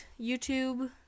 YouTube